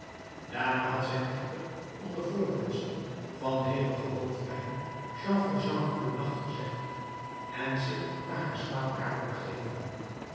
daarna had zij echter onder voorwendsel van hevige hoofdpijn jean valjean goedennacht gezegd en zich naar haar slaapkamer begeven